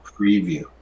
preview